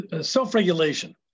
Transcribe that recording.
Self-regulation